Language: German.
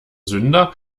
sünder